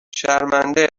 شرمنده